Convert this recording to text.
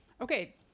Okay